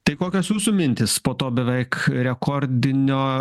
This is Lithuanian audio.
tai kokios jūsų mintys po to beveik rekordinio